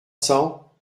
cents